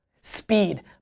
Speed